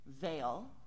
veil